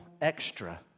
extra